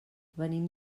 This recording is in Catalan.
venim